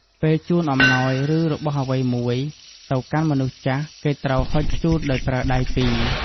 ពេលជូនអំណោយ ឬ របស់អ្វីមួយ ទៅកាន់មនុស្សចាស់ គេត្រូវហុចជូនដោយប្រើដៃពីរ។